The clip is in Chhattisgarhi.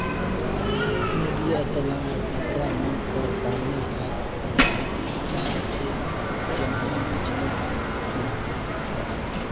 नदिया, तलवा, डबरा मन कर पानी हर अब्बड़ साफ सुथरा होथे जेम्हां मछरी पालन करल जाथे